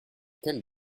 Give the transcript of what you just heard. quelle